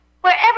wherever